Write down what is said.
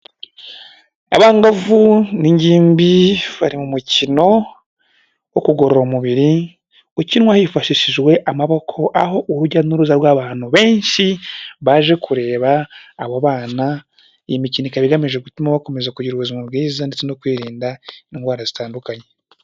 Abangavu n' ingimbi bari mu mukino wo kugorora umubiri, ukinwa hifashishijwe amaboko aho urujya n'uruza rw'abantu benshi baje kureba abo bana, iyi mikino ikaba igamije gutuma bakomeza kugira ubuzima bwiza ndetse no kwirinda indwara zitandukanye.